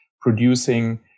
producing